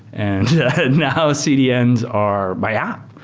and now ah cdns are by app.